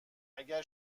اگه